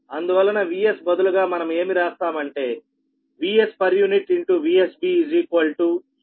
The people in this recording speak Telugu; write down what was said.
అందువలన Vs బదులుగా మన ఏమి రాస్తాము అంటే Vs puVsB a